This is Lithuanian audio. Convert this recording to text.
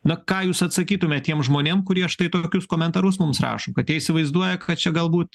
na ką jūs atsakytumėt tiem žmonėm kurie štai tokius komentarus mums rašo kad jie įsivaizduoja kad čia galbūt